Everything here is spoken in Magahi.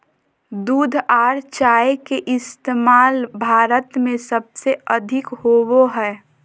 दूध आर चाय के इस्तमाल भारत में सबसे अधिक होवो हय